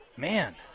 Man